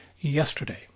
Yesterday